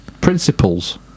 principles